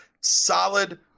Solid